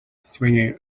swimming